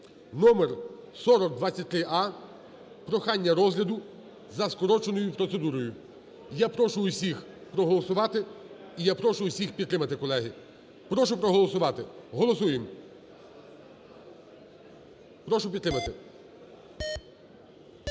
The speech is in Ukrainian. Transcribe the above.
(№ 4023а). Прохання розгляду за скороченою процедурою. Я прошу усіх проголосувати. І я прошу усіх підтримати, колеги. Прошу проголосувати. Голосуємо. Прошу підтримати.